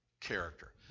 character